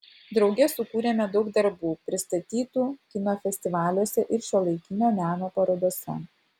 drauge sukūrėme daug darbų pristatytų kino festivaliuose ir šiuolaikinio meno parodose